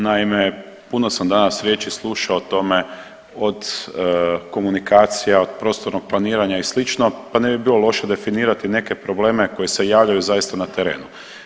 Naime, puno sam danas riječi slušao o tome od komunikacija, od prostornog planiranja i slično, pa ne bi bilo loše definirati i neke probleme koji se javljaju zaista na terenu.